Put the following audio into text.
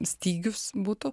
stygius būtų